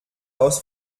aus